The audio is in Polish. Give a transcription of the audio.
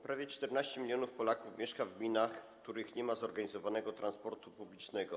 Prawie 14 mln Polaków mieszka w gminach, w których nie ma zorganizowanego transportu publicznego.